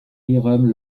ihrem